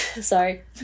Sorry